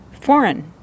foreign